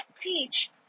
teach